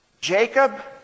Jacob